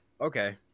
Okay